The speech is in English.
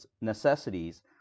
necessities